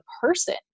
person